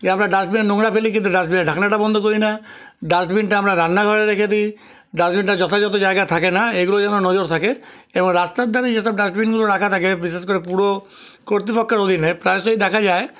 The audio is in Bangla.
যে আমরা ডাস্টবিনে নোংরা ফেলি কিন্তু ডাস্টবিনের ঢাকনাটা বন্ধ করি না ডাস্টবিনটা আমরা রান্নাঘরে রেখে দিই ডাস্টবিনটা যথাযত জায়গায় থাকে না এইগুলো যেন নজর থাকে এবং রাস্তার ধরে যে সব ডাস্টবিনগুলো রাখা থাকে বিশেষ করে পুর কর্তৃপক্ষের অধীনে প্রায়শই দেখা যায়